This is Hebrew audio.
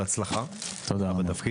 בהצלחה! תודה רבה.